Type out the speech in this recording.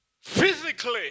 Physically